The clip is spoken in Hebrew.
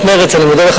אני מודה לסיעת מרצ,